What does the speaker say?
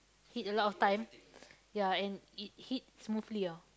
hit a lot of time ya and it hit smoothly ah